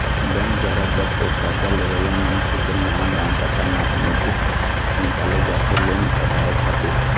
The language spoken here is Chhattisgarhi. बेंक दुवारा जब ओ करजा लेवइया मनखे के नांव गाँव पता म नोटिस निकाले जाथे लोन पटाय खातिर